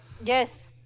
Yes